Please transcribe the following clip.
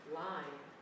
line